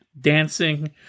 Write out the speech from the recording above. dancing